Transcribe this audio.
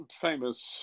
famous